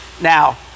Now